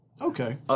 Okay